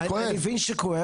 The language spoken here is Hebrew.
אני מבין שכואב,